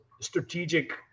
strategic